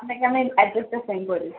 আপনাকে আমি অড্রেসটা সেন্ড করে দিচ্ছি